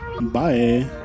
Bye